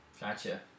gotcha